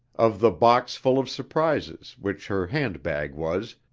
of the box full of surprises which her handbag was,